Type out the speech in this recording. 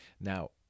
Now